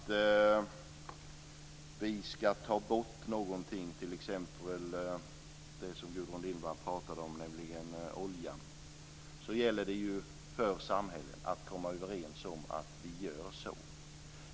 Om vi vill ta bort någonting, t.ex. det som Gudrun Lindvall talade om, nämligen oljan, så gäller det ju för oss i samhället att komma överens om att vi gör det.